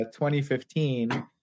2015